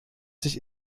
sich